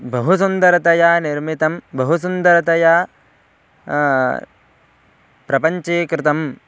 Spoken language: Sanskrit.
बहु सुन्दरतया निर्मितं बहु सुन्दरतया प्रपञ्चीकृतं